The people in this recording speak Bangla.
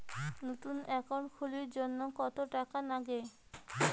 নতুন একাউন্ট খুলির জন্যে কত টাকা নাগে?